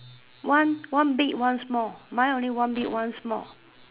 one one big one small mine only one big one small